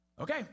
okay